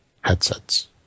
headsets